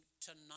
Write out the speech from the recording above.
tonight